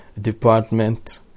department